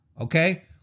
okay